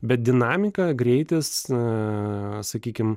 bet dinamika greitis na sakykim